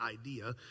idea